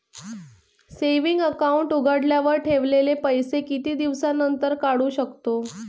Saving account उघडल्यावर ठेवलेले पैसे किती दिवसानंतर काढू शकतो?